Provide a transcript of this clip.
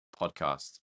podcast